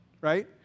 right